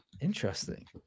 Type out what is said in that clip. Interesting